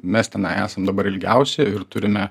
mes tenai esam dabar ilgiausiai ir turime